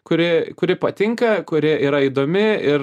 kuri kuri patinka kuri yra įdomi ir